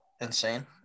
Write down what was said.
insane